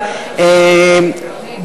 הארגונים החברתיים וכן הלאה,